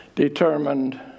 determined